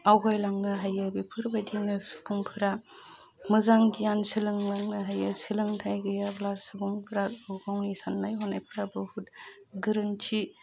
आवगायलांनो हायो बेफोरबायदिनो सुबुंफोरा मोजां गियान सोलोंलांनो हायो सोलोंथाइ गैयाब्ला सुबुंफोरा गुबुननि साननाय हनायफ्रा बहुद गोरोन्थि